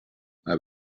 have